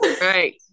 right